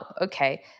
okay